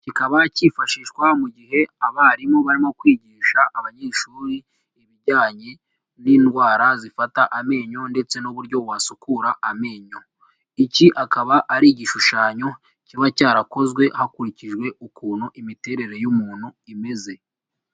Kikaba cyifashishwa mu gihe abarimu barimo kwigisha abanyeshuri ibijyanye n'indwara zifata amenyo ndetse n'uburyo wasukura amenyo, iki akaba ari igishushanyo kiba cyarakozwe hakurikijwe ukuntu imiterere y'umuntu imeze.